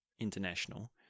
International